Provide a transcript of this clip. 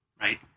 Right